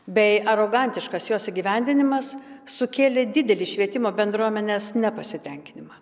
bei arogantiškas jos įgyvendinimas sukėlė didelį švietimo bendruomenės nepasitenkinimą